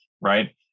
right